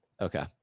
Okay